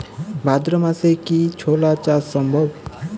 ভাদ্র মাসে কি ছোলা চাষ সম্ভব?